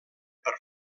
per